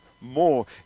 more